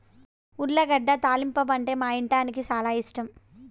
ఉర్లగడ్డ తాలింపంటే మా ఇంటాయనకి చాలా ఇష్టం